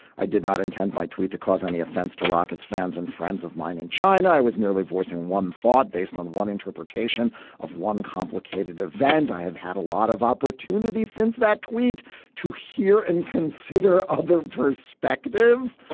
i did not intend my tweet to cause any offense to rockets fans and friends of mine in china i was merely voicing one thought based on one interpretation of one complicated event. i have had a lot of opportunities since that tweet to hear and consider other very speculative.